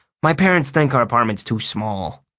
my parents think our apartment's too small.